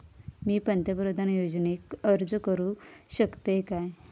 मी पंतप्रधान योजनेक अर्ज करू शकतय काय?